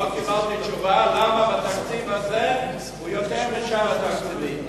לא קיבלתי תשובה למה בתקציב הזה הוא יותר מבשאר התקציבים,